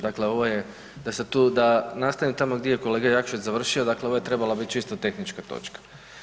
Dakle, ovo je da se tu, da nastavim tamo gdje je kolega Jakšić završio, dakle ovo je treba biti čisto tehnička točka.